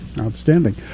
Outstanding